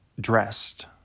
dressed